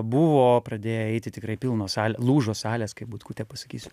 buvo pradėję eiti tikrai pilnos sal lūžo salės kaip butkutė pasakysiu